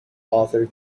author